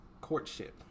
courtship